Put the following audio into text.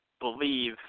believe